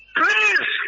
please